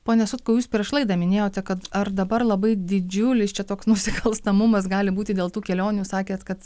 pone sutkau jūs prieš laidą minėjote kad ar dabar labai didžiulis čia toks nusikalstamumas gali būti dėl tų kelionių sakėt kad